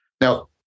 Now